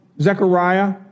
Zechariah